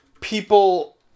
people